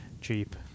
cheap